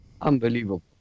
Unbelievable